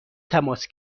تماس